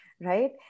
right